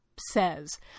says